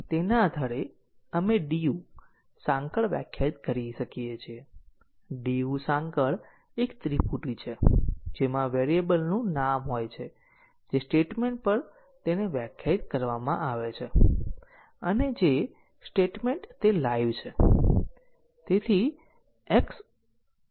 તેથી બાઉન્ડેડ વિસ્તારોની સંખ્યા 2 છે અને સાયક્લોમેટિક કોમ્પલેક્ષીટી 3 છે McCabeનું મેટ્રિક તે ટેસ્ટીંગ ની મુશ્કેલી અને વિશ્વસનીયતા પૂરી પાડે છે